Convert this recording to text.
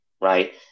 right